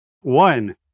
One